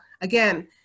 Again